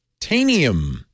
Tanium